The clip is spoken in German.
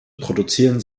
produzieren